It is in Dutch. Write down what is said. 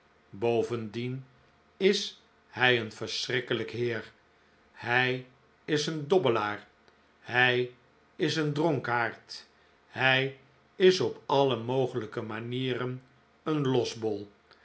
bovendien is hij een verschrikkelijk heer hij is een dobbelaar hij is een dronkaard hij is op alle mogelijke manieren een losbol